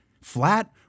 Flat